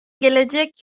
gelecek